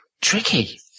tricky